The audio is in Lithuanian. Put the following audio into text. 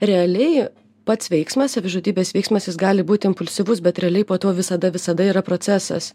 realiai pats veiksmas savižudybės veiksmas jis gali būti impulsyvus bet realiai po tuo visada visada yra procesas